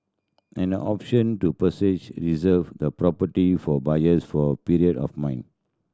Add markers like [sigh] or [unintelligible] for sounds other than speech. an option to [unintelligible] reserve the property for buyers for period of mine